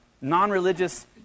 non-religious